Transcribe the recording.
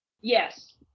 Yes